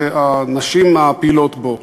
והנשים הפעילות בו.